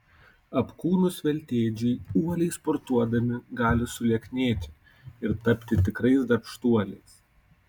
apkūnūs veltėdžiai uoliai sportuodami gali sulieknėti ir tapti tikrais darbštuoliais